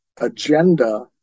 agenda